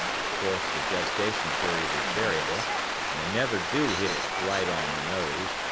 of course the gestation period is variable, and they never do hit it right on the nose,